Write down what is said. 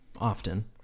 often